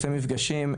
עושה מפגשים,